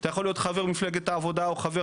אתה יכול להיות חבר מפלגת העבודה או חבר